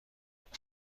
رووش